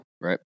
right